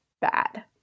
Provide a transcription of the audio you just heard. bad